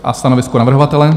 A stanovisko navrhovatele?